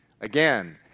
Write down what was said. Again